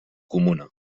comuna